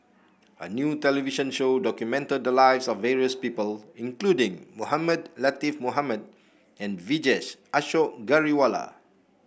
a new television show documented the lives of various people including Mohamed Latiff Mohamed and Vijesh Ashok Ghariwala